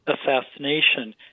assassination